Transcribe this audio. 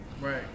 Right